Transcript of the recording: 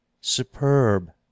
Superb